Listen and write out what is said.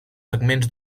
segments